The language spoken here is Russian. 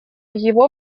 его